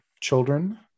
children